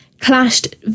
clashed